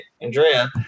Andrea